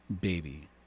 baby